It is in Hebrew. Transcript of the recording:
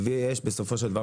ויש בסופו של דבר,